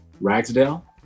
Ragsdale